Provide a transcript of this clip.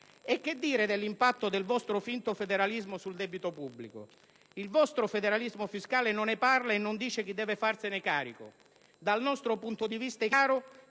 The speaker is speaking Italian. E che dire dell'impatto del vostro finto federalismo sul debito pubblico? Il vostro federalismo fiscale non ne parla e non dice chi deve farsene carico. Dal nostro punto di vista, è chiaro